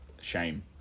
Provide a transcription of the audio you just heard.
shame